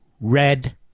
red